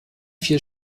vier